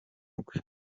rwe